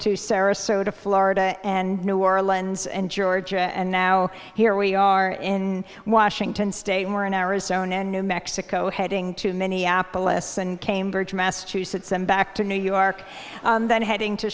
to sarasota florida and new orleans and georgia and now here we are in washington state we're in arizona and new mexico heading to minneapolis and cambridge massachusetts back to new york then heading to